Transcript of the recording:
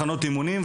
מחנות אימונים,